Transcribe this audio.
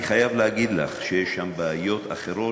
אני חייב להגיד לך שיש שם בעיות אחרות,